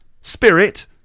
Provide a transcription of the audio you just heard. Spirit